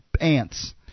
ants